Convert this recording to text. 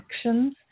actions